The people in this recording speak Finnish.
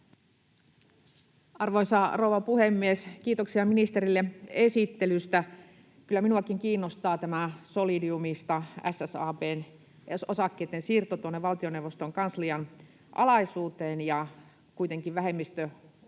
Arvoisa rouva puhemies! Kiitoksia ministerille esittelystä. Kyllä minuakin kiinnostaa tämä SSAB:n osakkeitten siirto Solidiumista valtioneuvoston kanslian alaisuuteen, kuitenkin vähemmistöosakkuudesta